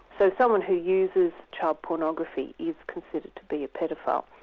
so someone who uses child pornography is considered to be a paedophile.